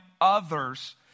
others